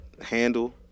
handle